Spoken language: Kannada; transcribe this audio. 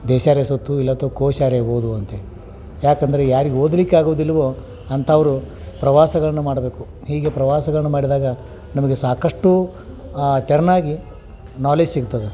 ದೇಶಾರೂ ಸುತ್ತು ಇಲ್ಲ ಅಥವಾ ಕೋಶಾರೂ ಓದು ಅಂತೇಳಿ ಏಕಂದ್ರೆ ಯಾರಿಗೆ ಓದಲಿಕ್ಕೆ ಆಗೋದಿಲ್ಲವೋ ಅಂಥವರು ಪ್ರವಾಸಗಳನ್ನ ಮಾಡಬೇಕು ಹೀಗೆ ಪ್ರವಾಸಗಳ್ನ ಮಾಡಿದಾಗ ನಮಗೆ ಸಾಕಷ್ಟು ಥರನಾಗಿ ನಾಲೆಜ್ ಸಿಗ್ತದೆ